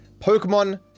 Pokemon